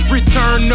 Return